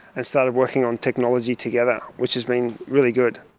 and started working on technology together, which has been really good.